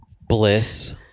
Bliss